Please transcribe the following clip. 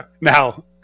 Now